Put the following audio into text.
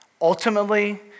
ultimately